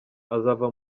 azava